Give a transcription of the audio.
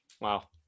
Wow